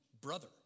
brother